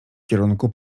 kierunku